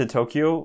Tokyo